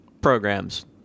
programs